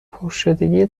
پرشدگی